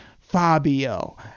Fabio